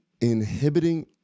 inhibiting